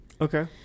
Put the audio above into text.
Okay